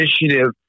initiative